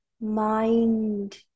mind